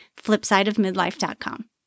flipsideofmidlife.com